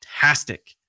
fantastic